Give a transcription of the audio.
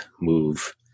move